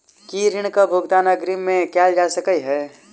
की ऋण कऽ भुगतान अग्रिम मे कैल जा सकै हय?